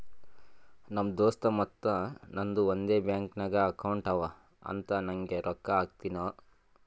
ನಮ್ ದೋಸ್ತ್ ಮತ್ತ ನಂದು ಒಂದೇ ಬ್ಯಾಂಕ್ ನಾಗ್ ಅಕೌಂಟ್ ಅವಾ ಅಂತ್ ನಂಗೆ ರೊಕ್ಕಾ ಹಾಕ್ತಿನೂ